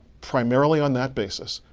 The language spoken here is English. primarily on that basis,